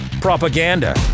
propaganda